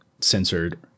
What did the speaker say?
censored